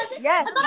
Yes